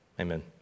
amen